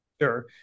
Sure